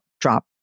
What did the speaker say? drop